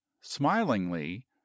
smilingly